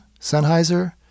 Sennheiser